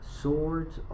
swords